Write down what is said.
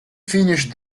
finished